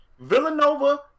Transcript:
Villanova